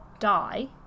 Die